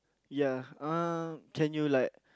ya um can you like